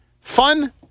Fun